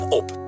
op